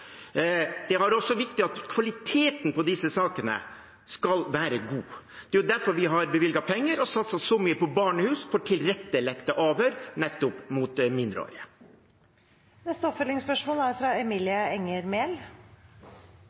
Det er også viktig at kvaliteten i disse sakene skal være god. Det er derfor vi har bevilget penger og satset så mye på barnehus for å tilrettelegge for avhør av nettopp mindreårige. Emilie Enger Mehl